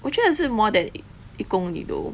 我觉得是 more than 一公里 though